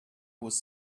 was